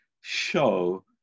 show